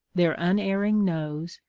their unerring nose,